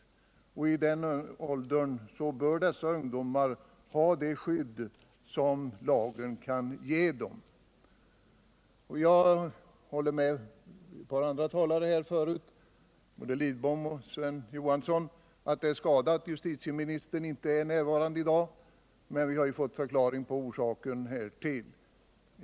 Dessa ungdomar bör få det skydd som lagen kan ge dem. Jag vill hålla med Carl Lidbom och Sven Johansson om att det är skada att justitieministern inte är närvarande här i dag, men vi har ju fått förklaringen härtill.